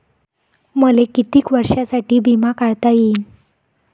मले कितीक वर्षासाठी बिमा काढता येईन?